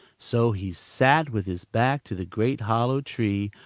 so he sat with his back to the great hollow tree,